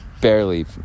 barely